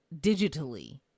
digitally